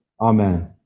Amen